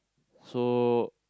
so